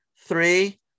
Three